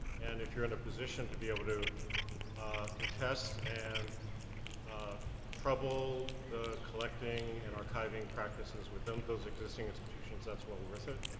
and if you're in a position to be able to contest and um trouble the collecting and archiving practices within those existing institutions, that's what we're missing. so